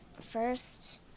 first